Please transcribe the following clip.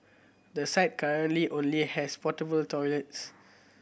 the site currently only has portable toilets